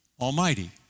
Almighty